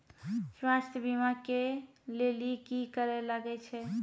स्वास्थ्य बीमा के लेली की करे लागे छै?